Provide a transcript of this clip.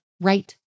right